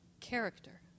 character